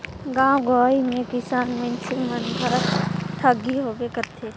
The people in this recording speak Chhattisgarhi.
गाँव गंवई मे किसान मइनसे मन घर टागी होबे करथे